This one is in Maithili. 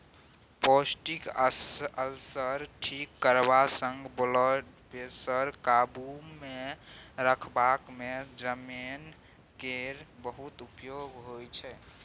पेप्टीक अल्सर ठीक करबा संगे ब्लडप्रेशर काबुमे रखबाक मे जमैन केर बहुत प्रयोग होइ छै